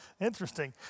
Interesting